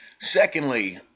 Secondly